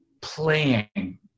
playing